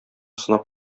сынап